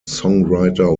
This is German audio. songwriter